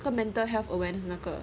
the mental health awareness 那个